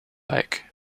like